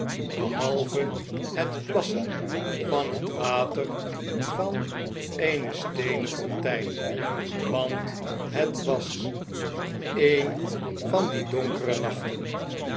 behalve het plassen van het water van eene steenen fontein want het was een van die donkere nachdeze